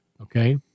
Okay